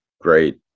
great